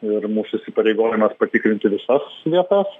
ir mūsų įsipareigojimas patikrinti visas vietas